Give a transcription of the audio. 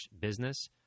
business